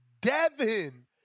Devin